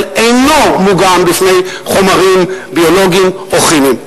אינו מוגן בפני חומרים ביולוגיים או כימיים.